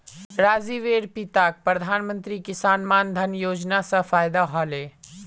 राजीवेर पिताक प्रधानमंत्री किसान मान धन योजना स फायदा ह ले